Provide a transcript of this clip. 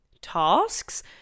tasks